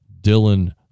Dylan